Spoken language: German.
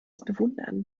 bewundern